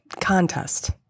contest